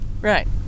Right